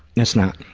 it's not,